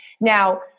Now